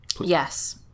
Yes